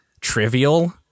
trivial